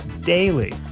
Daily